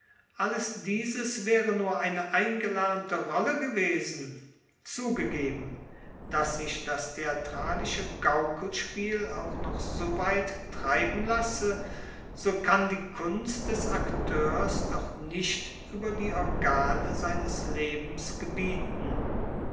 alles dieses wäre nur eine eingelernte rolle gewesen zugegeben daß sich das theatralische gaukelspiel auch noch so weit treiben lasse so kann die kunst des akteurs doch nicht über die organe seines lebens gebieten